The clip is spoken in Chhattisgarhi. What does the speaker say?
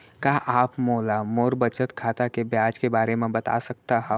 का आप मोला मोर बचत खाता के ब्याज के बारे म बता सकता हव?